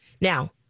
Now